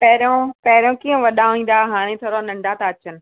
पहिरियों पहिरियों कींअं वॾा ईंदा हुआ हाणे थोरा नंढा था अचनि